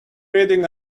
reading